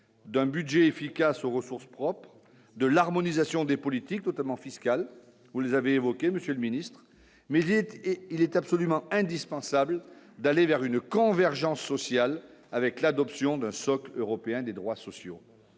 d'un budget efficace aux ressources propres de l'harmonisation des politiques, notamment fiscales, vous les avez évoqué, monsieur le Ministre, mais bien, il est absolument indispensable d'aller vers une convergence sociale avec l'adoption d'un socle européen des droits sociaux,